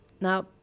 Now